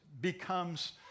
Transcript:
becomes